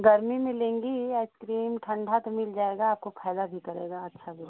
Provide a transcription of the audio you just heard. गर्मी में लेंगी आइस क्रीम ठंडा तो मिल जाएगा आपको फ़ायदा भी करेगा अच्छा भी रहेगा